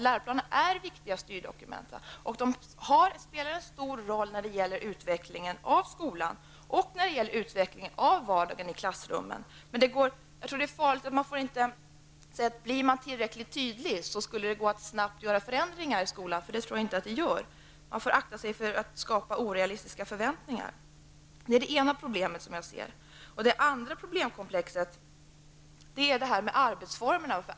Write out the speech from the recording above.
Läroplanerna är viktiga styrdokument och spelar en stor roll när det gäller utvecklingen av skolan och när det gäller vardagen i klassrummen. Men det är farligt att säga sig att blir man bara tillräckligt tydlig så går det att snabbt göra förändringar i skolan. Så tror jag inte att det är. Man får akta sig för att skapa orealistiska förväntningar. Det andra problemkomplexet har att göra med arbetsformerna.